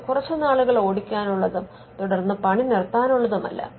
ഇത് കുറച്ചുനാളുകൾ ഓടിക്കാനുള്ളതും തുടർന്ന് പണി നിർത്താനുള്ളതുമല്ല